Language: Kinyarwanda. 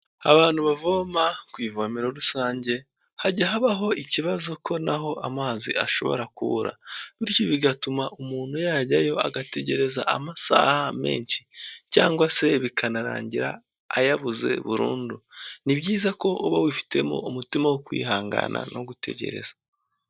Abantu bavoma ku ivome rusange hajya habaho ikibazo ko naho amazi ashobora ku bityo bigatuma umuntu yajyayo agategereza amasaha menshi cyangwa se bikanarangira ayabuze burundu, ni byiza ko uba wifitemo umutima wo kwihangana no gutegereza.